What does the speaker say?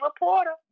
reporter